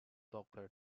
doctor